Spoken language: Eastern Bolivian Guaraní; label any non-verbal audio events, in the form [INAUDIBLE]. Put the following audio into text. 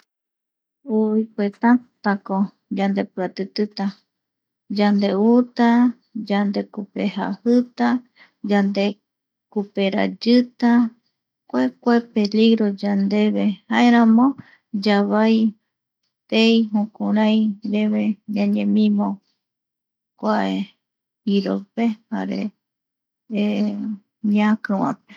Uui [HESITATION] tantako yandepiatitita yande u ta, yande kupe jajita, yande kupe rayita, kua kua peligro yandeve jaeramo yavai tei jokurai reve ñañemimo kua iroipe jare [HESITATION] ñakivape.